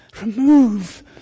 Remove